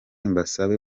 mbasabe